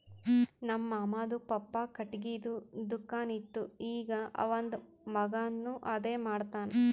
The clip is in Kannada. ನಮ್ ಮಾಮಾದು ಪಪ್ಪಾ ಖಟ್ಗಿದು ದುಕಾನ್ ಇತ್ತು ಈಗ್ ಅವಂದ್ ಮಗಾನು ಅದೇ ಮಾಡ್ತಾನ್